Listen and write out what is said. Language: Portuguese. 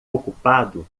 ocupado